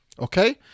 Okay